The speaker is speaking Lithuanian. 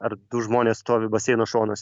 ar du žmonės stovi baseino šonuose